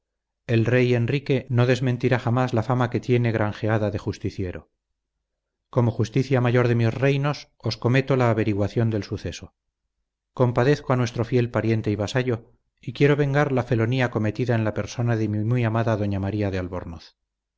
el rey enrique no desmentirá jamás la fama que tiene granjeada de justiciero como justicia mayor de mis reinos os cometo la averiguación del suceso compadezco a nuestro fiel pariente y vasallo y quiero vengar la felonía cometida en la persona de mi muy amada doña maría de albornoz